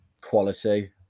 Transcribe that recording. quality